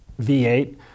V8